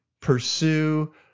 pursue